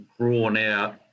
drawn-out